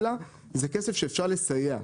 אלא זה כסף שאפשר לסייע.